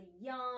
young